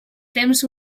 temps